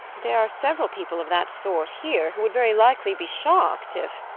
there are several people of that sort here, who would very likely be shocked if